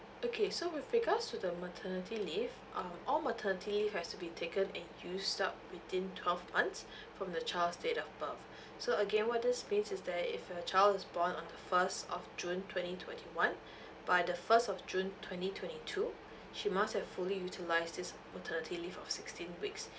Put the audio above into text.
okay so with regards to the maternity leave uh all maternity leave has to be taken and used up within twelve months from the child's date of birth so again what this means is that if your child is born on the first of june twenty twenty one by the first of june twenty twenty two she must have fully utilised this maternity leave of sixteen weeks